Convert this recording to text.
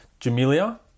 Jamelia